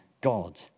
God